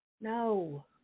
no